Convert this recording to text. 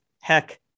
heck